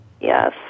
Yes